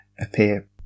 appear